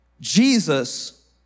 Jesus